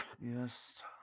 yes